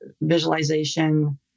visualization